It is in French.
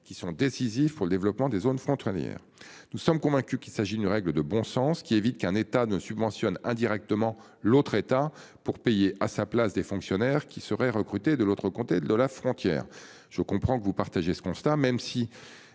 qui sont décisifs pour le développement des zones frontalières. Nous sommes convaincus qu'il s'agit d'une règle de bon sens qui évite qu'un État ne subventionne indirectement l'autre État pour payer à sa place. Des fonctionnaires qui seraient recrutés. De l'autre côté de la frontière. Je comprends que vous partagez ce constat, même si